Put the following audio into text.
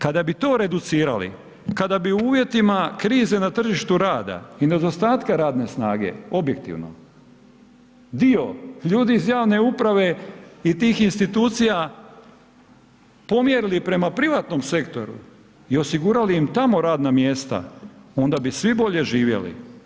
Kada bi reducirali, kada bi u uvjetima krize na tržištu rada i nedostatka radne snage objektivno dio ljudi iz javne uprave i tih institucija pomjerili prema privatnom sektoru i osigurali im tamo radna mjesta, onda bi svi bolje živjeli.